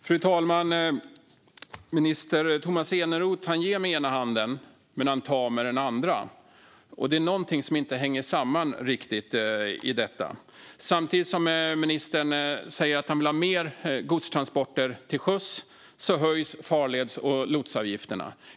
Fru talman! Minister Tomas Eneroth ger med ena handen men tar med den andra. Det är något som inte riktigt hänger samman i detta. Samtidigt som ministern säger att han vill ha mer godstransporter till sjöss höjs farleds och lotsavgifterna.